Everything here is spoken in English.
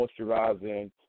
moisturizing